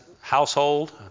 household